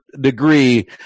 degree